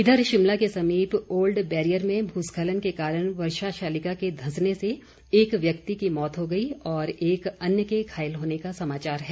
इधर शिमला के समीप ओल्ड बैरियर में भूस्खलन के कारण वर्षा शालिका के धंसने से एक व्यक्ति की मौत हो गई और एक अन्य के घायल होने का समाचार है